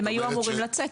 הם היו אמורים לצאת.